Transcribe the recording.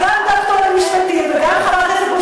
את גם דוקטור למשפטים וגם חברת כנסת,